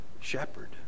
shepherd